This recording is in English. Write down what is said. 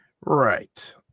right